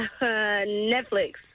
Netflix